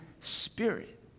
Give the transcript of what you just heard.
Spirit